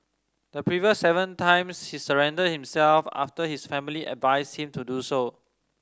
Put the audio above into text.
the previous seven times he surrendered himself after his family advised him to do so